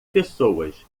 pessoas